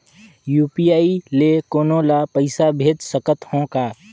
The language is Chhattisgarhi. यू.पी.आई ले कोनो ला पइसा भेज सकत हों का?